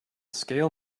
scale